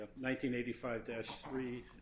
1985-3